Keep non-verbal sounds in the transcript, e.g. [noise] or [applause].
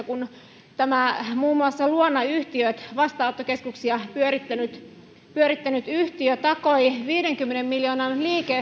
[unintelligible] kun muun muassa luona yhtiö vastaanottokeskuksia pyörittänyt pyörittänyt yhtiö takoi viidenkymmenen miljoonan